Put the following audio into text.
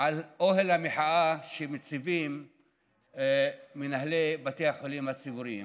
על אוהל המחאה שמציבים מנהלי בתי החולים הציבוריים.